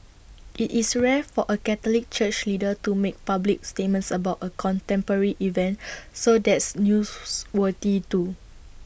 IT is rare for A Catholic church leader to make public statements about A contemporary event so that's news worthy too